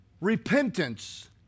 Repentance